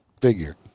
figure